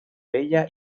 bella